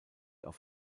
auf